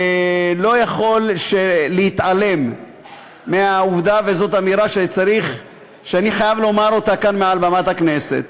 לא יכול להתעלם מהעובדה וזאת אמירה שאני חייב לומר כאן מעל במת הכנסת.